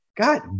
God